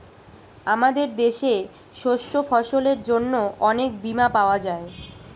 আমাদের দেশে শস্য ফসলের জন্য অনেক বীমা পাওয়া যায়